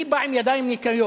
אני בא בידיים נקיות.